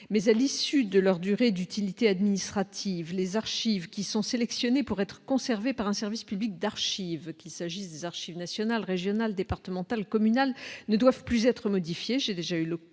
mais à l'issue de leur durée d'utilité administrative les archives qui sont sélectionnés pour être conservés par un service public d'archives qu'il s'agisse des archives nationales, régionales, départementales communales ne doivent plus être modifiés,